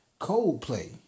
Coldplay